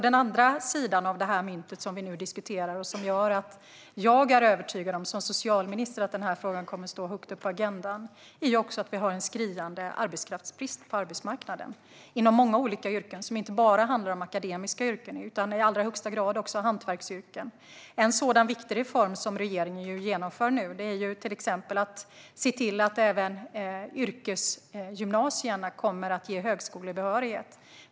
Den andra sidan av det här myntet, som gör att jag som socialminister är övertygad om att frågan kommer att stå högt upp på agendan, är att vi har en skriande arbetskraftsbrist på arbetsmarknaden - inom många olika yrken. Det handlar inte bara om akademiska yrken utan i allra högsta grad också om hantverksyrken. En viktig reform som regeringen genomför nu är till exempel att se till att även yrkesgymnasierna kommer att ge högskolebehörighet.